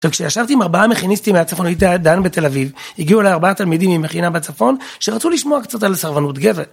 עכשיו כשישבתי עם ארבעה מכיניסטים מהצפונאית דן בתל אביב, הגיעו לארבעה תלמידים ממכינה בצפון שרצו לשמוע קצת על סרבנות גבד.